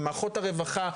במערכות הרווחה,